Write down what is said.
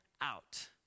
out